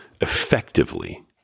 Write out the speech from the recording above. effectively